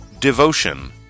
Devotion